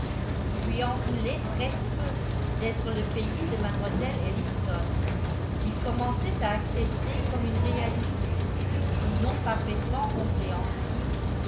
il lui en voulait presque d'être le pays de mlle ellison qu'il commençait à accepter comme une réalité sinon parfaitement compréhensible